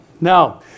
Now